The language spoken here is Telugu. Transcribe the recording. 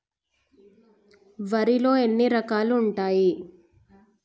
వరిలో ఎన్ని రకాలు ఉంటాయి?